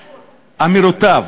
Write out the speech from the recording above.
אמירותיו,